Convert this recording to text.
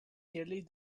nearly